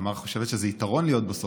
תמר חושבת שזה יתרון להיות בסוף,